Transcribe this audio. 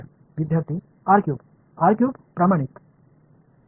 ஒரு கோளத்தை எடுத்துக் அதின் வால்யூம் விகிதாசாரமாக என்ன இருக்கிறது